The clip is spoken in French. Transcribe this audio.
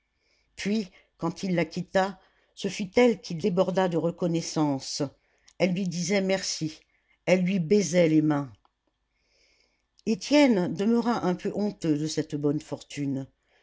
puis quand il la quitta ce fut elle qui déborda de reconnaissance elle lui disait merci elle lui baisait les mains étienne demeura un peu honteux de cette bonne fortune